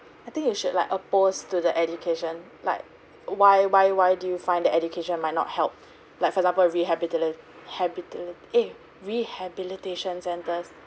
I think you should like opposed to the education like why why why do you find the education might not help like for example rehabitalat~ habitat eh rehabilitation centres